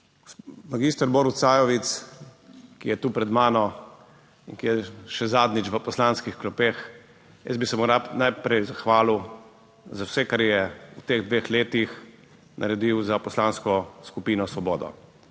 Magister Borut Sajovic, ki je tu pred mano in še zadnjič v poslanskih klopeh. Jaz bi se mu rad najprej zahvalil za vse, kar je v teh dveh letih naredil za poslansko skupino Svoboda,